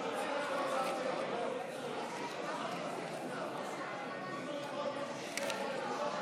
הם אמרו: בלמנו את הסיפוח,